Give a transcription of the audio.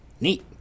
Neat